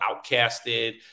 outcasted